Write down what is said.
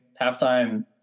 halftime